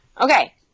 Okay